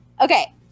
Okay